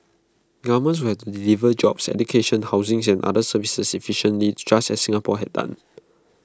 governments would have to deliver jobs education housing and other services efficiently just as Singapore had done